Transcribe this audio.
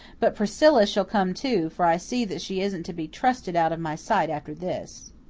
but priscilla shall come, too, for i see that she isn't to be trusted out of my sight after this.